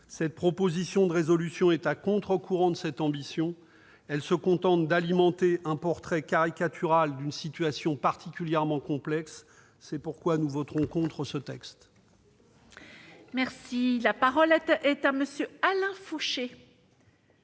Cette proposition est à contre-courant de cette ambition. Elle se contente d'alimenter un portrait caricatural d'une situation particulièrement complexe. C'est pourquoi nous voterons contre ce texte. C'est dommage ! La parole est à M. Alain Fouché.